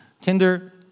Tinder